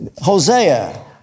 Hosea